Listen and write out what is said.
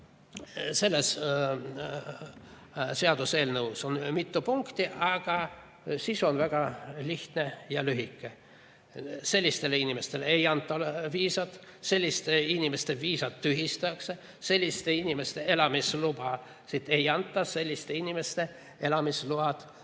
Selles seaduseelnõus on mitu punkti, aga sisu on väga lihtne ja lühike: sellistele inimestele ei anta viisat, selliste inimeste viisad tühistatakse, sellistele inimestele elamisluba ei anta, selliste inimeste elamisload